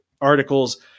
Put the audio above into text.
articles